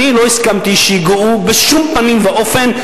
אני לא הסכמתי שייגעו בשום פנים ואופן,